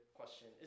question